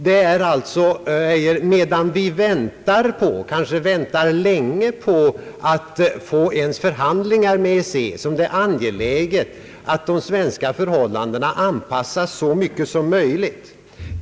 Det är, herr Geijer, medan vi väntar — kanske länge — på att få förhandla med EEC, som det är angeläget att de svenska förhållandena anpassas så mycket som möjligt till de inom EEC rådande.